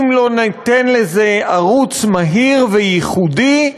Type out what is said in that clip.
אם לא ניתן לזה ערוץ מהיר וייחודי,